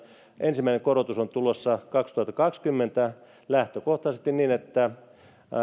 ensimmäinen korotus on tulossa kaksituhattakaksikymmentä lähtökohtaisesti niin että